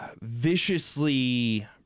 viciously